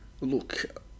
Look